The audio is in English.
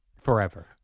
Forever